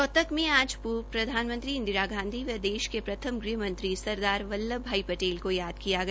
रोहतक में आज पूर्व प्रधानमंत्री इंदिरा गांधी व देश के प्रथम गृहमंत्री सरदार वल्लभ भाई पटेल को याद किया गया